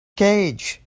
cage